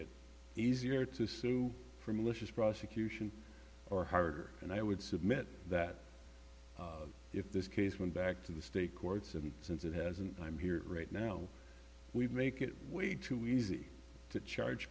it easier to sue for malicious prosecution or harder and i would submit that if this case went back to the state courts and since it hasn't i'm here right now we'd make it way too easy to charge